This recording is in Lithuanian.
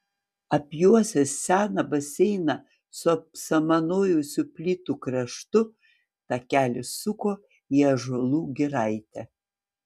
apjuosęs seną baseiną su apsamanojusių plytų kraštu takelis suko į ąžuolų giraitę